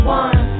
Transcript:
one